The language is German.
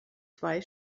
zwei